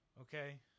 Okay